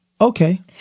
Okay